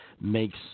makes